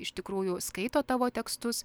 iš tikrųjų skaito tavo tekstus